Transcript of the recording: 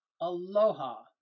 Aloha